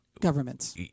governments